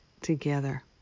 together